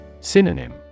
Synonym